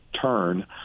turn